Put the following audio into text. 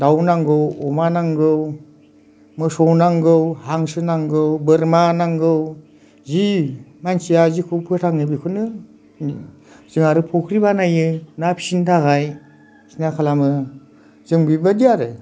दाउ नांगौ अमा नांगौ मोसौ नांगौ हांसो नांगौ बोरमा नांगौ जि मानसिया जिखौ फोथाङो बेखौनो जों आरो फुख्रि बानायो ना फिनो थाखाय बायदिसिना खालामो जों बिबायदि आरो